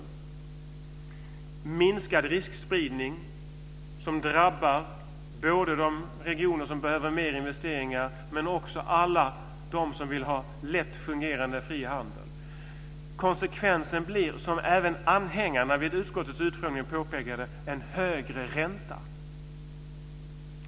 Det handlar också om minskad riskspridning, vilket drabbar både de regioner som behöver mer investeringar och alla de som vill ha lätt fungerande fri handel. Konsekvensen blir, något som även anhängarna vid utskottets utfrågning påpekade, en högre ränta.